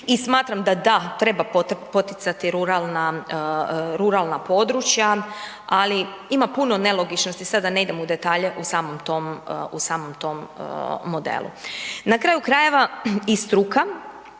I smatram da, da, treba poticati ruralna područja, ali ima puno nelogičnosti sad da ne idem u detalje u samom tom modelu. Na kraju krajeva i struka